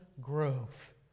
growth